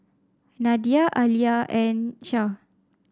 Nadia Alya and Syah